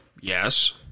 Yes